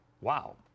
wow